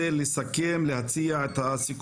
צודק, מקבלת.